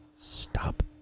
stop